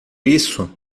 isso